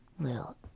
Little